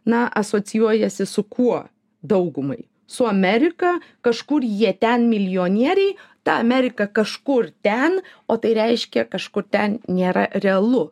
na asocijuojasi su kuo daugumai su amerika kažkur jie ten milijonieriai ta amerika kažkur ten o tai reiškia kažkur ten nėra realu